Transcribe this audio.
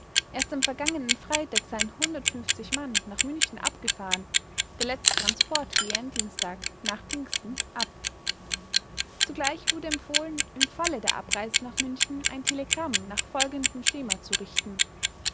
erst am vergangenen freitag seien mann nach münchen abgefahren der letzte transport gehe am dienstag nach pfingsten ab zugleich wurde empfohlen im falle der abreise nach münchen ein telegramm nach folgendem schema zu richten